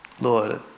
Lord